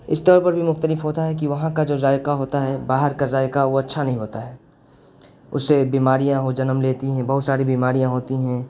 اس طور پہ بھی مختلف ہوتا ہے کہ وہاں کا جو ذائقہ ہوتا ہے باہر کا ذائقہ وہ اچھا نہیں ہوتا ہے اس سے بیماریاں ہو جنم لیتی ہیں بہت ساری بیماریاں ہوتی ہیں